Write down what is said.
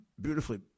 beautifully